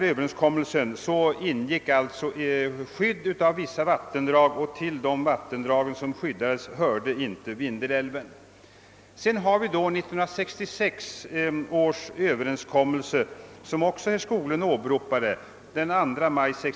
I överenskommelsen ingick skydd av vissa vattendrag, och till dessa vattendrag hörde inte Vindelälven. Även Överenskommelsen av den 2 maj 1966 åberopades av herr Skoglund.